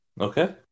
Okay